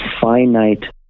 finite